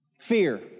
Fear